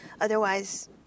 otherwise